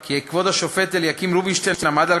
כי כבוד השופט אליקים רובינשטיין עמד על